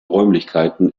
räumlichkeiten